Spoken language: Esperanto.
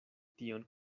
tion